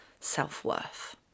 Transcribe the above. self-worth